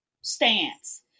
stance